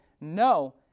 no